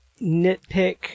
nitpick